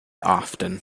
often